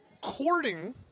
courting